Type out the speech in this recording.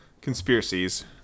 conspiracies